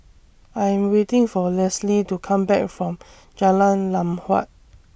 I Am waiting For Leslee to Come Back from Jalan Lam Huat